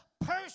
person